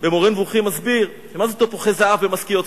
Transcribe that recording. ב"מורה נבוכים" מסביר מה זה "תפוחי זהב במשכיות כסף".